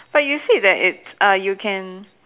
but you said that it's uh you can